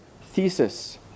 Thesis